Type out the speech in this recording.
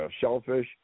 shellfish